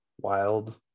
wild